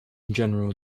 general